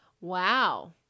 Wow